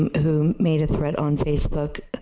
who made threat on facebook.